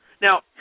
Now